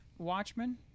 Watchmen